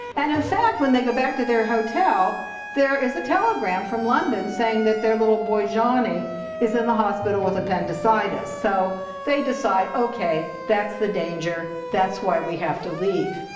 and in fact when they go back to their hotel there is a telegram from london saying that their little boy johnnie is in the hospital with appendicitis. so they decide, okay, that's the danger, that's why we have to leave.